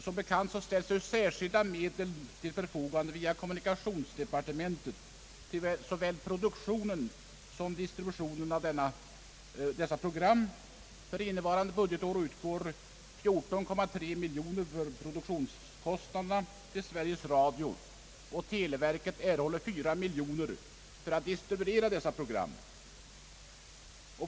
Som bekant lämnas via kommunikationsdepartementet särskilda medel till såväl produktionen som distributionen av skolradions och skol-TV:s program. Innevarande budgetår utgår till Sveriges Radio 14,3 miljoner för produktionskostnaderna, och televerket erhåller 4 miljoner för att distribuera programmen.